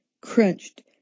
crunched